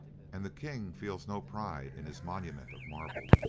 and the king feels no pride in his monument of marble,